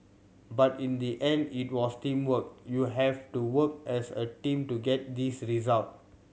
but in the end it was teamwork you have to work as a team to get this result